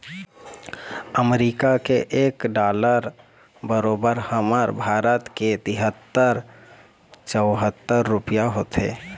अमरीका के एक डॉलर बरोबर हमर भारत के तिहत्तर चउहत्तर रूपइया होथे